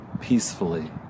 peacefully